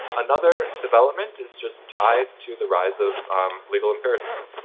another development is just ties to the rise of legal empiricism,